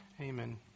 amen